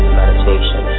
meditation